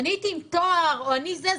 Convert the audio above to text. אני עם תואר או אני זה,